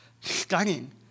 stunning